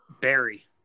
Barry